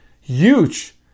Huge